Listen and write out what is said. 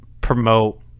promote